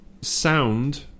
sound